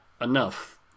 enough